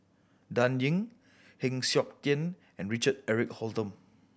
Dan Ying Heng Siok Tian and Richard Eric Holttum